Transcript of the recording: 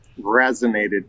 resonated